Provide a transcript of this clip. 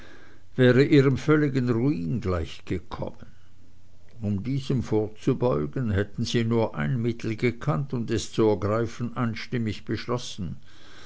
wäre ihrem völligen ruin gleichgekommen um diesem vorzubeugen hätten sie nur ein mittel gekannt und es zu ergreifen einstimmig beschlossen